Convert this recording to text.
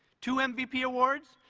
two and mvp awards?